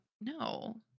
No